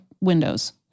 windows